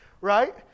right